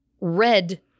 red